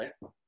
right